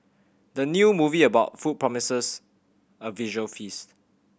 the new movie about food promises a visual feast